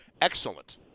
excellent